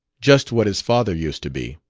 just what his father used to be.